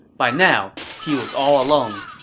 by now, he was all alone,